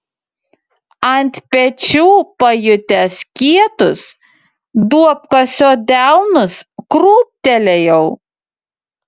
ant pečių pajutęs kietus duobkasio delnus krūptelėjau